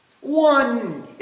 One